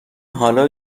حالا